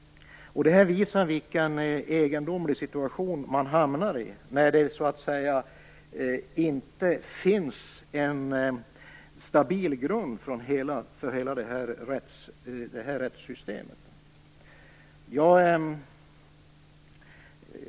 Det här visar vilken egendomlig situation man hamnar i när det inte finns en stabil grund för hela det här rättssystemet.